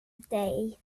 dig